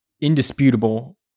indisputable